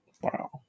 wow